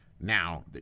Now